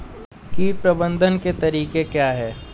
कीट प्रबंधन के तरीके क्या हैं?